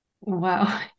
Wow